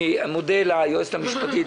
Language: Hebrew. אני מודה לשגית היועצת המשפטית,